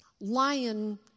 lion